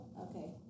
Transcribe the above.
okay